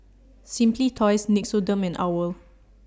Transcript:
Simply Toys Nixoderm and OWL